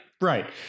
Right